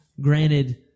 granted